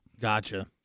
gotcha